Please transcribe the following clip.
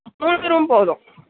மூணு ரூம் போதும்